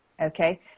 Okay